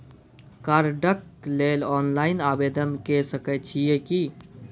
कार्डक लेल ऑनलाइन आवेदन के सकै छियै की?